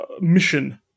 mission